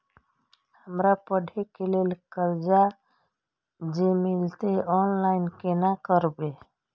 हमरा पढ़े के लेल कर्जा जे मिलते ऑनलाइन केना करबे?